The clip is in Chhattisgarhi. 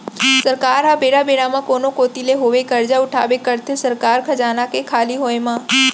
सरकार ह बेरा बेरा म कोनो कोती ले होवय करजा उठाबे करथे सरकारी खजाना के खाली होय म